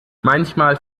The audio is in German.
manchmal